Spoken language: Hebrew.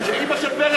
שאימא של פרס ערבייה,